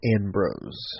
Ambrose